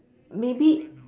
maybe